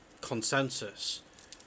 consensus